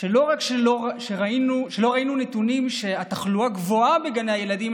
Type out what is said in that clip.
שלא רק שלא ראינו נתונים שהתחלואה גבוהה בגני הילדים,